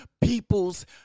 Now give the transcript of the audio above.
People's